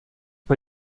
bei